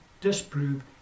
disprove